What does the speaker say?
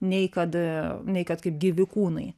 nei kad nei kad kaip gyvi kūnai